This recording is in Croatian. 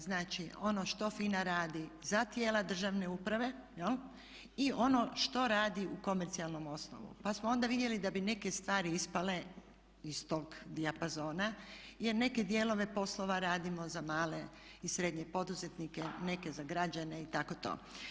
Znači, ono što FINA radi za tijela državne uprave i ono što radi u komercijalnom osnovu, pa smo onda vidjeli da bi neke stvari ispale iz tog dijapazona i neke dijelove poslova radimo za male i srednje poduzetnike, neke za građane i tako to.